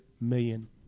million